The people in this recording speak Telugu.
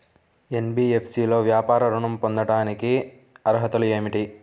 ఎన్.బీ.ఎఫ్.సి లో వ్యాపార ఋణం పొందటానికి అర్హతలు ఏమిటీ?